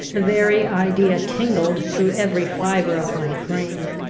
the very idea tingled through every fibre of my frame.